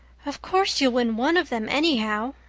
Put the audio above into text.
of course you'll win one of them anyhow,